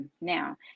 now